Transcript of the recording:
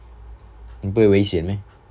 不会危险 meh